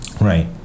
Right